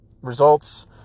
results